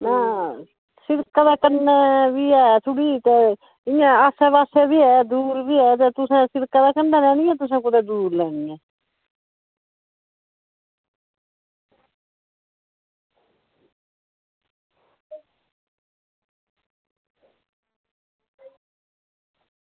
आं शिड़कै दे कन्नै बी ऐ थोह्ड़ी ते इंया आस्सै पास्सै बी ऐ ते दूर बी ते तुसें इंया बी तुसें शिड़कै दे कंढै लैनी जां दूर लैनी ऐ